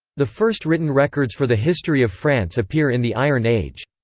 the first written records for the history of france appear in the iron age.